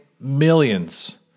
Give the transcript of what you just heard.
millions